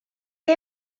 que